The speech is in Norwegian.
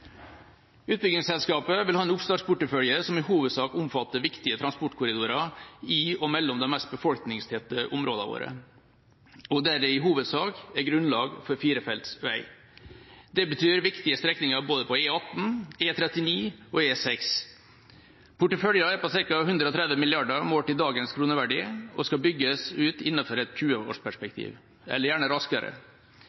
Utbyggingsselskapet vil ha en oppstartsportefølje som i hovedsak omfatter viktige transportkorridorer i og mellom de mest befolkningstette områdene våre og der det i hovedsak er grunnlag for firefelts vei. Det betyr viktige strekninger både på E18, E39 og E6. Porteføljen er på ca. 130 mrd. kr målt i dagens kroneverdi og skal bygges ut innenfor et 20-årsperspektiv, eller gjerne raskere.